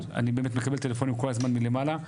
אני באמת מקבל טלפונים כל הזמן מלמעלה.